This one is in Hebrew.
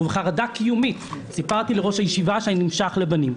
ובחרדה קיומית סיפרתי לראש הישיבה שאני נמשך לבנים.